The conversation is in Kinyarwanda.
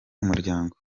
umuryango